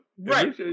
Right